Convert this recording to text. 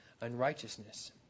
unrighteousness